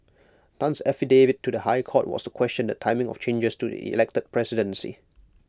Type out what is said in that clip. Tan's affidavit to the High Court was to question the timing of changes to the elected presidency